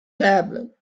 tablet